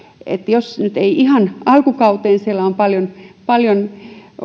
että jos nyt ei ihan alkukauteen siellä on paljon paljon